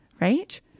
right